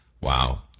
Wow